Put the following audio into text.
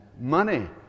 money